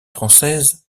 françaises